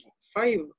five